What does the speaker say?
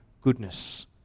goodness